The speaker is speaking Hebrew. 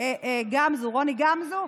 רוני גמזו,